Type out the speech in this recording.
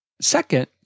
Second